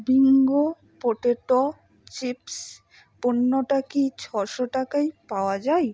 Bingo potato chips পণ্যটা কি ছশো টাকায় পাওয়া যায়